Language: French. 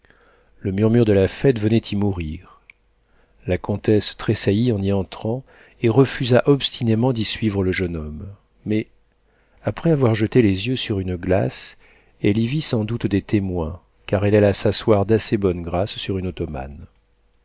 le murmure de la fête venait y mourir la comtesse tressaillit en y entrant et refusa obstinément d'y suivre le jeune homme mais après avoir jeté les yeux sur une glace elle y vit sans doute des témoins car elle alla s'asseoir d'assez bonne grâce sur une ottomane